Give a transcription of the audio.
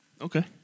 Okay